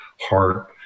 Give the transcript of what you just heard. heart